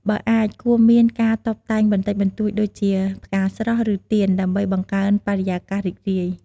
បើអាច គួរមានការតុបតែងបន្តិចបន្តួចដូចជា ផ្កាស្រស់ ឬទៀន ដើម្បីបង្កើនបរិយាកាសរីករាយ។